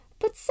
But